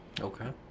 Okay